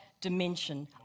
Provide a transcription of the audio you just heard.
dimension